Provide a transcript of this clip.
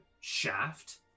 shaft